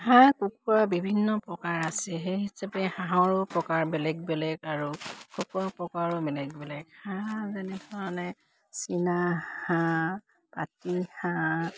হাঁহ কুকুৰা বিভিন্ন প্ৰকাৰৰ আছে সেই হিচাপে হাঁহৰো প্ৰকাৰ বেলেগ বেলেগ আৰু কুকুৰাও প্ৰকাৰো বেলেগ বেলেগ হাঁহ যেনেধৰণে চীনাহাঁহ পাতিহাঁহ